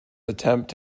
attempt